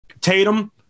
Tatum